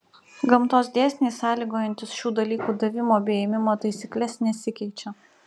gamtos dėsniai sąlygojantys šių dalykų davimo bei ėmimo taisykles nesikeičia